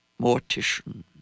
mortician